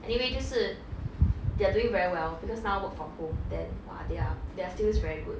anyway 就是 they are doing very well because now work from home then !wah! their their sales very good